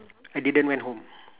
I didn't went home